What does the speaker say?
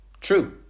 True